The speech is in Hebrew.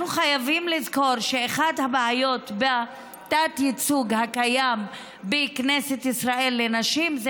אנחנו חייבים לזכור שאחת הבעיות בתת-ייצוג הקיים בכנסת ישראל לנשים זה